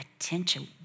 attention